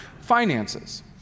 finances